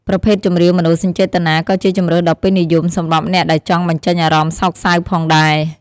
ប្រភេទចម្រៀងមនោសញ្ចេតនា ក៏ជាជម្រើសដ៏ពេញនិយមសម្រាប់អ្នកដែលចង់បញ្ចេញអារម្មណ៍សោកសៅផងដែរ។